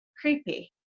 creepy